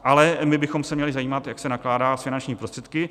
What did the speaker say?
Ale my bychom se měli zajímat, jak se nakládá s finančními prostředky.